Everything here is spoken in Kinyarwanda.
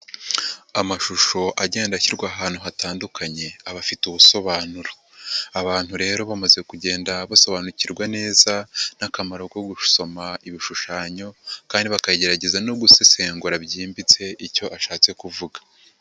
Amashusho agenda ashyirwa ahantu hatandukanye, aba afite ubusobanuro, abantu rero bamaze kugenda basobanukirwa neza n'akamaro ko gusoma ibishushanyo kandi bakagerageza no gusesengura byimbitse icyo ashatse kuvuga.